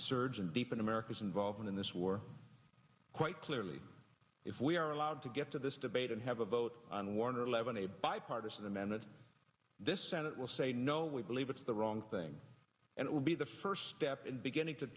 surge and deepen america's involvement in this war quite clearly if we are allowed to get to this debate and have a vote on warner eleven a bipartisan amendment this senate will say no we believe it's the wrong thing and it would be the first step in beginning to